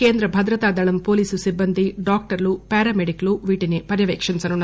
కేంద్ర భద్రతా దళం పోలీస్ సిబ్బంది డాక్టర్లు పారామెడిక్ లు వీటిని పర్యపేక్షించనున్నారు